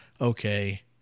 okay